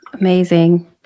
Amazing